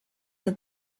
that